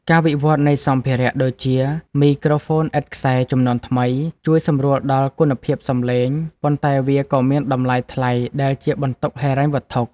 ការវិវត្តនៃសម្ភារៈដូចជា មីក្រូហ្វូនឥតខ្សែជំនាន់ថ្មី ជួយសម្រួលដល់គុណភាពសម្លេង ប៉ុន្តែវាក៏មានតម្លៃថ្លៃដែលជាបន្ទុកហិរញ្ញវត្ថុ។